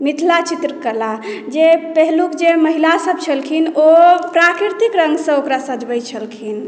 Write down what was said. मिथिला चित्रकला जे पहिलुक जे महिलासभ छलखिन्ह ओ प्राकृतिक रङ्गसँ ओकरा सजबैत छलखिन